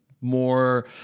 more